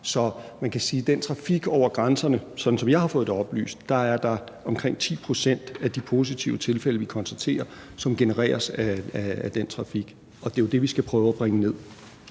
Så man kan med hensyn til den trafik over grænserne sige, sådan som jeg har fået det oplyst, at der er omkring 10 pct. af de positive tilfælde, vi konstaterer, som genereres af den trafik, og det er jo det, vi skal prøve at bringe ned.